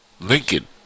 Lincoln